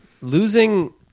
losing